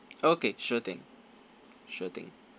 okay sure thing sure thing